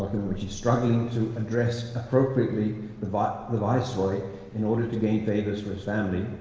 which struggling to address appropriately the but the viceroy in order to gain favors for his family.